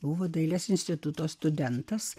buvo dailės instituto studentas